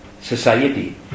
society